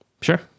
sure